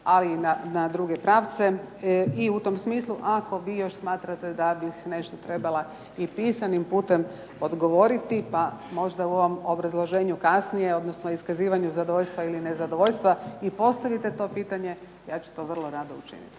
ali i na druge pravce. I u tom smislu ako vi još smatrate da bih nešto trebala i pisanim putem i odgovoriti, pa možda u ovom obrazloženju kasnije, odnosno iskazivanju zadovoljstva ili nezadovoljstva i postavite to pitanje, ja ću to vrlo rado učiniti.